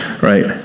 right